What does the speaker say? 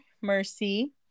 Mercy